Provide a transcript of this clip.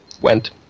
went